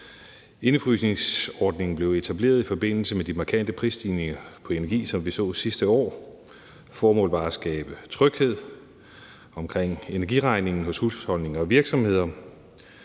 Indefrysningsordningen blev etableret i forbindelse med de markante prisstigninger på energi, som vi så sidste år. Formålet var at skabe tryghed omkring energiregningen hos husholdninger og virksomheder.